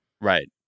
Right